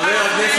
חבר הכנסת,